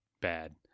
bad